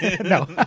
No